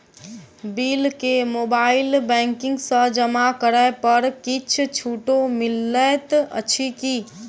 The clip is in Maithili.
बिल केँ मोबाइल बैंकिंग सँ जमा करै पर किछ छुटो मिलैत अछि की?